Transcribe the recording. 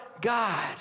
God